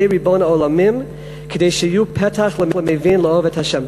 ריבון העולמים כדי שיהיו פתח למבין לאהוב את השם".